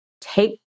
take